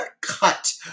cut